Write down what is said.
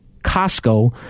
Costco